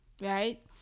right